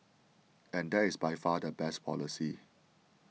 and that is by far the best policy